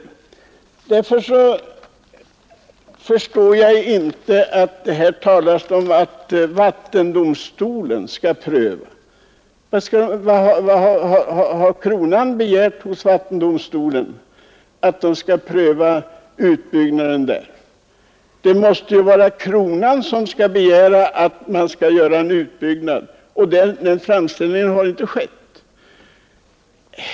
Jag förstår därför inte att det här talas om att vattendomstolen skall pröva ärendet. Har kronan begärt hos vattendomstolen att få utbyggnaden prövad? Det måste ju vara kronan som skall begära att man skall göra en utbyggnad, om det skall bli en sådan, men en sådan framställning har väl inte gjorts.